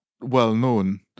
well-known